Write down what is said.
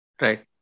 Right